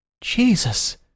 Jesus